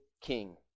King